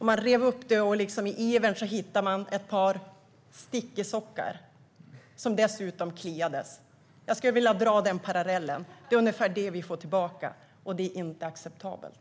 Man rev upp det, och i ivern hittade man ett par stickesockor, som dessutom kliade. Jag skulle vilja dra den parallellen. Det är ungefär det vi får tillbaka, och det är inte acceptabelt.